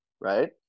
right